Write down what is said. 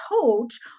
coach